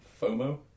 FOMO